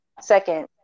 second